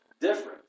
different